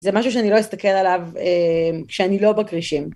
זה משהו שאני לא אסתכל עליו כשאני לא בכרישים.